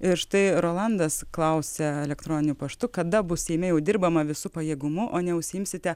ir štai rolandas klausia elektroniniu paštu kada bus seime jau dirbama visu pajėgumu o neužsiimsite